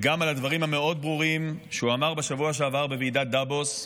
וגם על הדברים המאוד-ברורים שהוא אמר בשבוע שעבר בוועידת דאבוס,